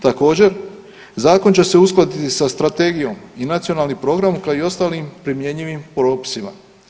Također, Zakon će se uskladiti sa Strategijom i nacionalnim Programom kako i ostalim primjenjivim propisom.